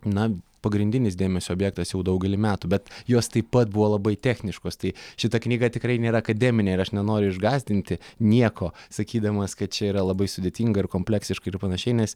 na pagrindinis dėmesio objektas jau daugelį metų bet jos taip pat buvo labai techniškos tai šita knyga tikrai nėra akademinė ir aš nenoriu išgąsdinti nieko sakydamas kad čia yra labai sudėtinga ir kompleksiška ir panašiai nes